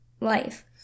life